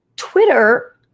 Twitter